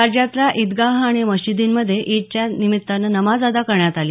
राज्यातल्या ईदगाह आणि मशिदींमधे ईदच्या निमित्तानं नमाज अदा करण्यात आली